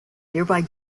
nearby